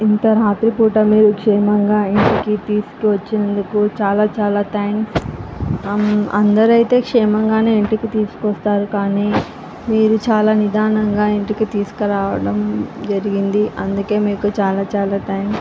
ఇంత రాత్రి పూట మీరు క్షేమంగా ఇంటికి తీసుకు వచ్చినందుకు చాలా చాలా థ్యాంక్స్ అందరూ అయితే షేమ్గానే ఇంటికి తీసుకు వస్తారు కానీ మీరు చాలా నిదానంగా ఇంటికి తీసుకురావడం జరిగింది అందుకే మీకు చాలా చాలా థాంక్స్